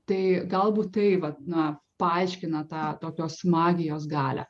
tai galbūt tai vat na paaiškina tą tokios magijos galią